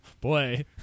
Boy